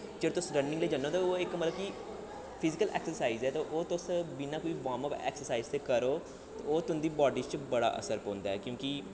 जिसलै तुस रनिंग गी जन्ने होंदे इक मतलब कि फिजिकल ऐक्सरसाइज ऐ ते ओह् तुस बिना कोई वार्मअप ऐक्सरसाइज करो ते ओह् तुं'दी बाड्डी च बड़ा असर पौंदा ऐ क्योंकि